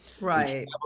right